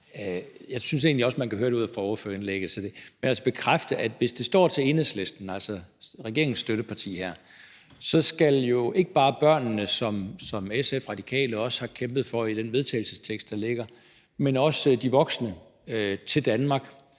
jeg synes egentlig godt, man kunne høre det ud af ordførertalen – at hvis det står til Enhedslisten, regeringens støtteparti, så skal ikke bare børnene, som SF og Radikale også har kæmpet for i den vedtagelsestekst, der ligger, men også de voksne til Danmark.